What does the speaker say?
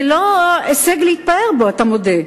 זה לא הישג להתפאר בו, אתה מודה.